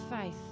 faith